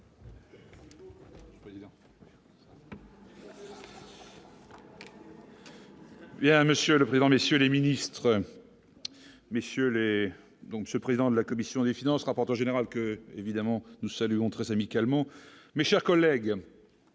monsieur le président, messieurs les ministres, messieurs donc ce président de la commission des finances, rapporteur général que évidemment nous saluons très amicalement mais, chers collègues,